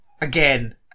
Again